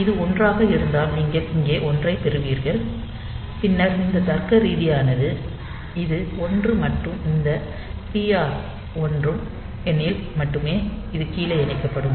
இது 1 ஆக இருந்தால் நீங்கள் இங்கே 1 ஐப் பெறுவீர்கள் பின்னர் இந்த தர்க்கரீதியானது இது 1 மற்றும் இந்த டிஆர் ம் 1 எனில் மட்டுமே இது கீழே இணைக்கப்படும்